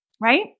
right